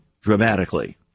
dramatically